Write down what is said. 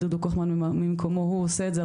דודו קוכמן ממקומו הוא עושה את זה.